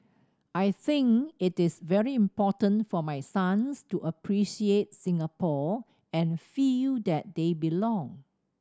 I think it is very important for my sons to appreciate Singapore and feel that they belong